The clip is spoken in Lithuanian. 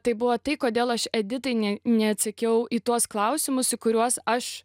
tai buvo tai kodėl aš editai nė neatsakiau į tuos klausimus į kuriuos aš